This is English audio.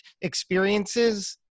experiences